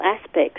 aspects